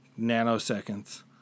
nanoseconds